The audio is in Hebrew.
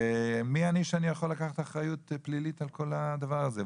ומי אני שאני יכול לקחת אחריות פלילית על כל הדבר הזה.